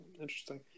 interesting